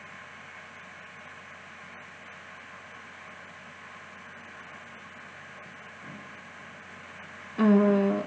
uh